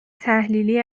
تحلیلی